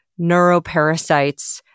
neuroparasites